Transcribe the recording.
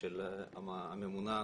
הזאת להתמודד כשמדובר במונופול,